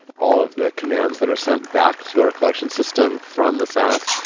all of the commands that are sent back to our collection system from the sas,